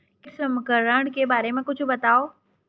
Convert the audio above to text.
कीट संक्रमण के बारे म कुछु बतावव?